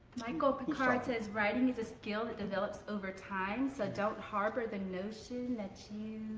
michael pickard says writing is a skill that develops over time so don't harbor the notion that you